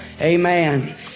Amen